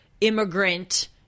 immigrant